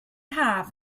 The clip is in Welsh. haf